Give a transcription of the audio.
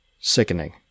sickening